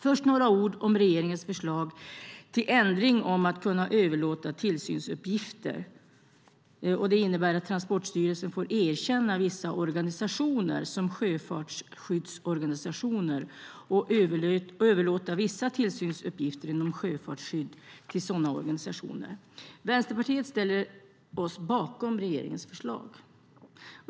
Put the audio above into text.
Först vill jag säga några ord om regeringens ändringsförslag som innebär att Transportstyrelsen får erkänna vissa organisationer som sjöfartsskyddsorganisationer och överlåta vissa tillsynsuppgifter inom sjöfartsskydd till sådana organisationer. Vi i Vänsterpartiet ställer oss bakom regeringens förslag.